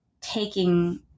taking